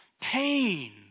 Pain